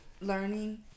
learning